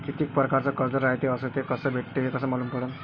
कितीक परकारचं कर्ज रायते अस ते कस भेटते, हे कस मालूम पडनं?